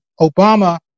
Obama